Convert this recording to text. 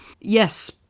Yes